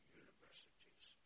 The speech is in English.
universities